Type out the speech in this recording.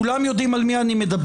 כולם יודעים על מי אני מדבר.